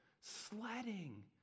sledding